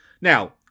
Now